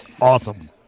Awesome